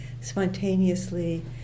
spontaneously